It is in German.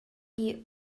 die